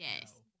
Yes